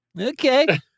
Okay